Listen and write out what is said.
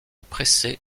pressée